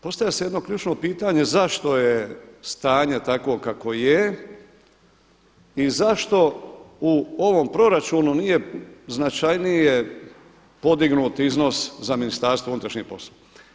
Postavlja se jedno ključno pitanje zašto je stanje takvo kakvo je i zašto u ovom proračunu nije značajnije podignut iznos za Ministarstvo unutrašnjih poslova.